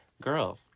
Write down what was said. Girl